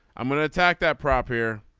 i'm going to attack that prop here.